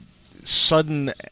sudden